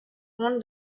want